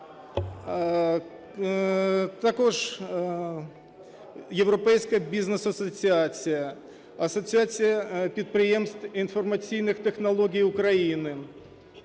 Також Європейська бізнес-асоціація, Асоціація підприємств інформаційних технологій України,